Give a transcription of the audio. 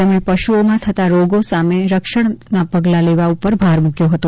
તેમને પશુઓમાં થતા રોગો સામે રક્ષણના પગલા લેવા ઉપર પણ ભાર મુક્યો હતો